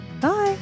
Bye